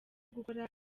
gukora